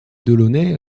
delaunay